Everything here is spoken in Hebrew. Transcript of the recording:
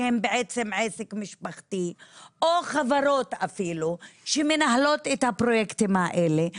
שהם בעצם עסק משפחתי או חברות שמנהלות אפילו את הפרויקטים האלה,